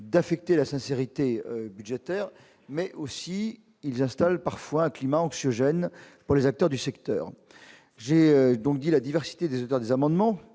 d'affecter la sincérité budgétaire mais aussi ils installent parfois un climat anxiogène pour les acteurs du secteur, j'ai donc dit la diversité des États, des amendements,